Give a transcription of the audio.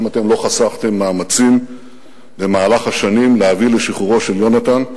גם אתם לא חסכתם מאמצים במהלך השנים להביא לשחרורו של יונתן,